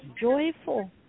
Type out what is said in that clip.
joyful